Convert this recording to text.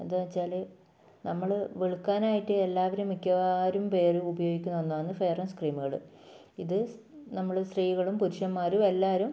എന്താണെന്ന് വെച്ചാൽ നമ്മൾ വെളുക്കാനായിട്ട് എല്ലാവരും മിക്കവാറും പേരും ഉപയോഗിക്കുന്ന ഒന്നാണ് ഫെയർനെസ് ക്രീമുകൾ ഇത് നമ്മൾ സ്ത്രീകളും പുരുഷന്മാരും എല്ലാവരും